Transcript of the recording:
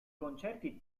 concerti